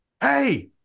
hey